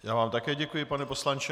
Já vám také děkuji, pane poslanče.